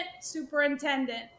superintendent